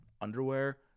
underwear